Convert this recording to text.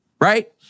right